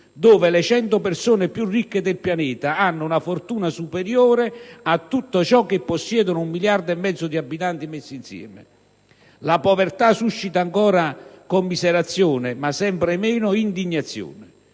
dove le cento persone più ricche del pianeta hanno una fortuna superiore a tutto ciò che possiedono un miliardo e mezzo di abitanti messi insieme. La povertà suscita ancora commiserazione ma sempre meno indignazione;